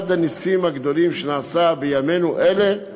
אחד הנסים הגדולים שנעשה בימינו אלה הוא